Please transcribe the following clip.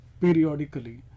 periodically